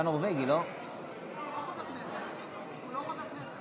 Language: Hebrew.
הרי אם אתה פותח את הפה, הבוס שלך מעיף אותך.